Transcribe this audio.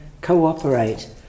cooperate